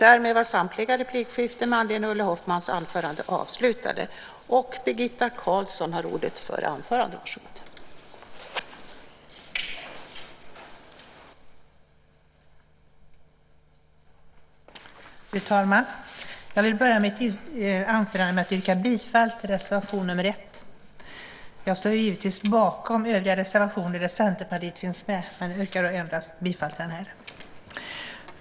Fru talman! Jag vill börja mitt anförande med att yrka bifall till reservation 1. Jag står givetvis bakom övriga reservationer där Centerpartiet finns med men yrkar endast bifall till den här.